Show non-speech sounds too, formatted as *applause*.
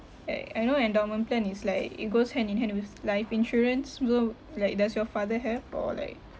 I I know endowment plan is like it goes hand in hand with life insurance *noise* like does your father have or like